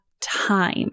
time